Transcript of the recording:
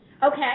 Okay